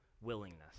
willingness